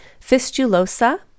Fistulosa